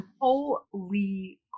Holy